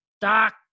Doc